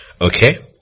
okay